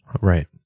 Right